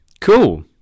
cool